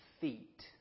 feet